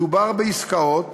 מדובר בעסקאות